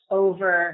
over